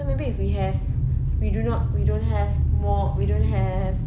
so maybe if we have we do not we don't have more we don't have